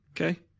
Okay